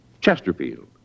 Chesterfield